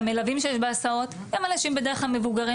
והמלווים שיש בהסעות הם אנשים בדרך כלל מבוגרים